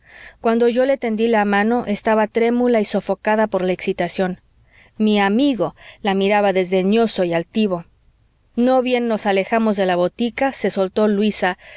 cuando yo le tendí la mano estaba trémula y sofocada por la exitación mi amigo la miraba desdeñoso y altivo no bien nos alejamos de la botica se soltó luisa